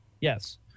Yes